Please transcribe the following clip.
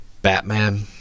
Batman